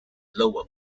lower